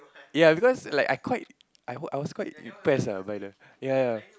ya because like I quite I I was quite impressed by the ya ya